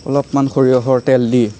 অলপমান সৰিয়হৰ তেল দি